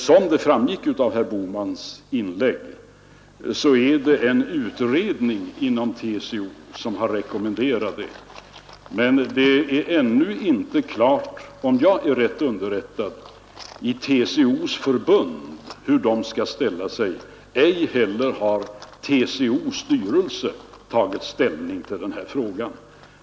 Som framgick av herr Bohmans inlägg är det en utredning inom TCO som har rekommenderat detta, men det är ännu inte klart, om jag är riktigt underrättad, i TCO:s förbund hur de skall ställa sig, och ej heller har TCO:s styrelse tagit ställning till den här frågan.